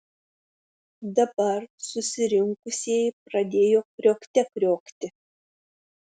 dabar susirinkusieji pradėjo kriokte kriokti